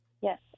Yes